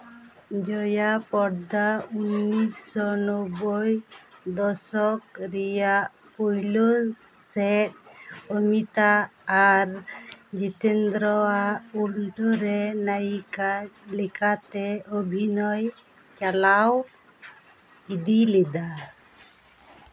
ᱡᱚᱭᱟ ᱯᱚᱨᱫᱟ ᱩᱱᱤᱥᱥᱚ ᱱᱳᱵᱵᱳᱭ ᱫᱚᱥᱚᱠ ᱨᱮᱭᱟᱜ ᱯᱳᱭᱞᱳ ᱥᱮᱫ ᱚᱱᱤᱛᱟ ᱟᱨ ᱡᱤᱛᱮᱱᱫᱽᱨᱚ ᱟᱜ ᱯᱩᱱᱴᱷᱟᱹ ᱨᱮ ᱱᱟᱹᱭᱤᱠᱟ ᱞᱮᱠᱟᱛᱮ ᱚᱵᱷᱤᱱᱚᱭ ᱪᱟᱞᱟᱣ ᱤᱫᱤ ᱞᱮᱫᱟᱭ